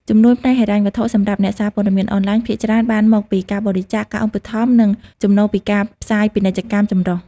ជំនួយផ្នែកហិរញ្ញវត្ថុសម្រាប់អ្នកសារព័ត៌មានអនឡាញ ភាគច្រើនបានមកពីការបរិច្ចាគ ការឧបត្ថម្ភ និងចំណូលពីការផ្សាយពាណិជ្ជកម្មចម្រុះ។